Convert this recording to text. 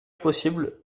possible